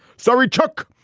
sorry, chuck,